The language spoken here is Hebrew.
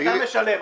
כשאתה משלם,